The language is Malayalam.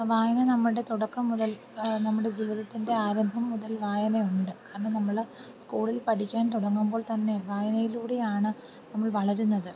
വായന നമ്മുടെ തുടക്കം മുതൽ നമ്മുടെ ജീവിതത്തിൻ്റെ ആരംഭം മുതൽ വായനയുണ്ട് കാരണം നമ്മൾ സ്കൂളിൽ പഠിക്കാൻ തുടങ്ങുമ്പോൾ തന്നെ വായനയിലൂടെയാണ് നമ്മൾ വളരുന്നത്